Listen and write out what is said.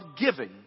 giving